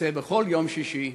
שיוצא ביום שישי,